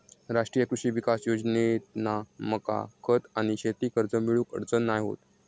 राष्ट्रीय कृषी विकास योजनेतना मका खत आणि शेती कर्ज मिळुक अडचण नाय होत